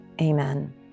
Amen